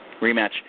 Rematch